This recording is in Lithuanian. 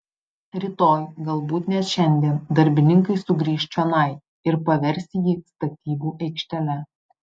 rytoj galbūt net šiandien darbininkai sugrįš čionai ir pavers jį statybų aikštele